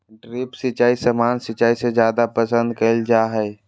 drip सिंचाई सामान्य सिंचाई से जादे पसंद कईल जा हई